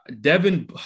Devin